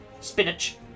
Spinach